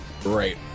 Great